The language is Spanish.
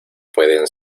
pueden